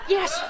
Yes